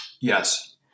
Yes